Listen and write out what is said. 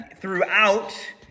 Throughout